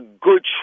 good